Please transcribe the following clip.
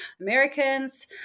Americans